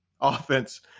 offense